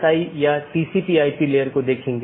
अब हम TCP IP model पर अन्य परतों को देखेंगे